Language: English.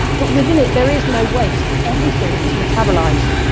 but within it, there is no waste. everything is metabolized.